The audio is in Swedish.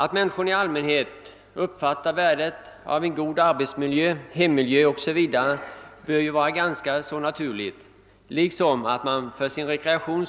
Att människorna i allmänhet uppfattar värdet av en god arbetsmiljö, hemmiljö o. s. v. bör ju vara ganska naturligt, liksom att de bl.a. för sin rekreation